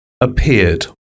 appeared